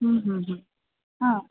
অঁ